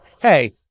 Hey